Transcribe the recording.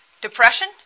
Depression